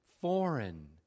foreign